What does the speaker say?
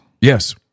Yes